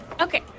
Okay